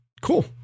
cool